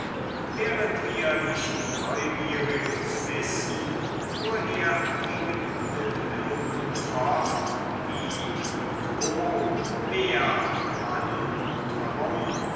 wäret ihr nicht neugierig zu wissen fuhr er gegen wilhelmen fort wie und wo wer wann und warum